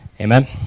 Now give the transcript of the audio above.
Amen